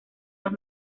los